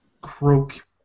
croak